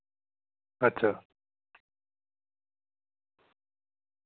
अच्छा